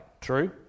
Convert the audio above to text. True